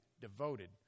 devoted